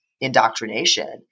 indoctrination